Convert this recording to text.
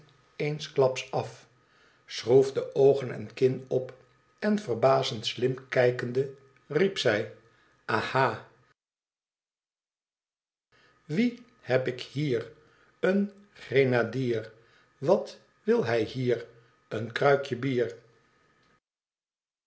eensklaps af schroefde oogen en kin op en verbazend slim kijkende riep zij aha wien heb ik hier eeo grenadier wat wil hij hier een kruikje bier